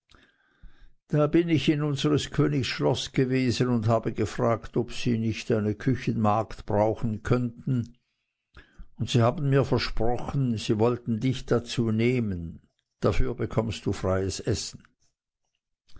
da bin ich in unseres königs schloß gewesen und habe gefragt ob sie nicht eine küchenmagd brauchen könnten und sie haben mir versprochen sie wollten dich dazu nehmen dafür bekommst du freies essen